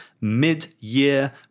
Mid-Year